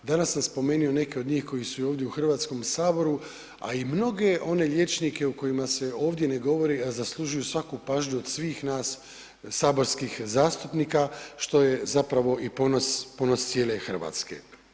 Danas sam spomenuo neke od njih koji su i ovdje u Hrvatskom saboru a i mnoge one liječnike o kojima se ovdje ne govori a zaslužuju svaku pažnju od svih nas saborskih zastupnika što je zapravo i ponos cijele Hrvatske.